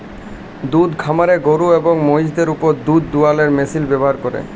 দুহুদ খামারে গরু এবং মহিষদের উপর দুহুদ দুয়ালোর মেশিল ব্যাভার ক্যরে